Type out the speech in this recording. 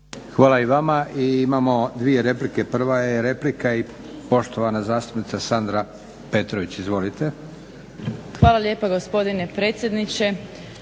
Hvala i vama. I imamo dvije replike. Prva je replika i poštovana zastupnica Sandra Petrović. Izvolite. **Petrović Jakovina,